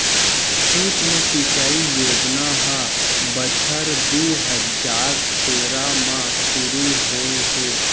सुक्ष्म सिंचई योजना ह बछर दू हजार तेरा म सुरू होए हे